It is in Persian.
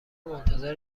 منتظر